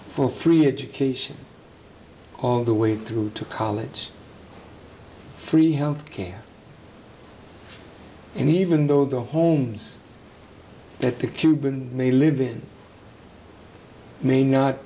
for three occasions all the way through to college free health care and even though the homes that the cuban may live in may not